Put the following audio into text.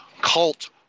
cult